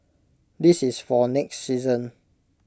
this is for next season